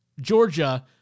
Georgia